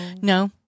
No